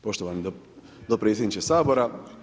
Poštovani dopredsjedniče Sabora.